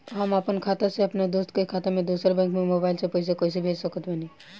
हम आपन खाता से अपना दोस्त के खाता मे दोसर बैंक मे मोबाइल से पैसा कैसे भेज सकत बानी?